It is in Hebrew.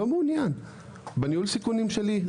לא מעוניין בניהול הסיכונים שלי,